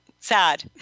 sad